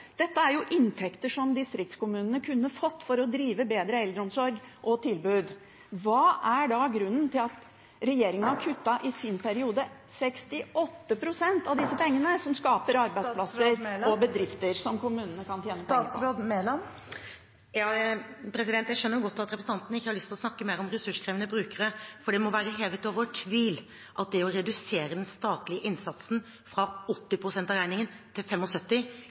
inntekter som distriktskommunene kunne fått for å drive bedre eldreomsorg og tilbud. Hva er da grunnen til at regjeringen i sin periode kuttet 68 pst. av disse pengene som skaper arbeidsplasser og bedrifter som kommunene kan tjene penger på? Jeg skjønner godt at representanten ikke har lyst til å snakke mer om ressurskrevende brukere, for det må være hevet over tvil at det å redusere den statlige innsatsen fra 80 pst. av regningen til